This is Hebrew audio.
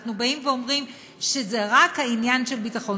אנחנו אומרים שזה רק העניין של ביטחון.